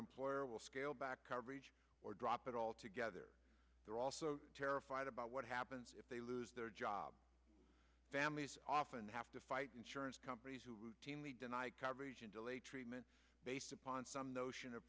employer will scale back coverage or drop it altogether they're also terrified about what happens if they lose their job families often have to fight insurance companies who routinely deny coverage and delay treatment based upon some notion of